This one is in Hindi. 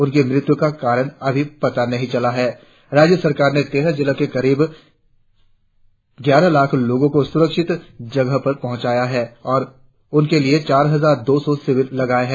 उसकी मृत्यु का कारण अभी पता नही चला है राज्य सरकार ने तेरह जिलों के करीब ग्यारह लाख़ लोगों को सुरक्षित जगहों पर पहुंचाया है और उनके लिए चार हजार दो सौ शिविर लगाए हैं